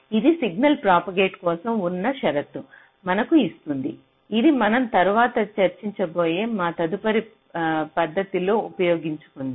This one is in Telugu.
ఇది సిగ్నల్ ప్రాపగేట్ కోసం ఉన్న షరతు మనకు ఇస్తుంది ఇది మనం తరువాత చర్చించబోయే మా తదుపరి పద్ధతిలో ఉపయోగించుకుందాం